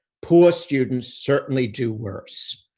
poor students certainly do worse,